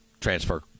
transfer